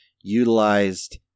utilized